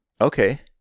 Okay